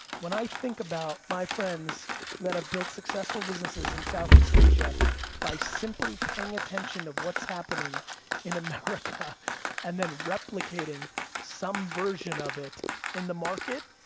when i think about my friends that have built successful businesses in southeast asia by simply paying attention of what's happening in america and then replicating some version of it in the market,